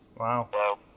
Wow